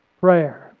prayer